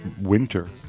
winter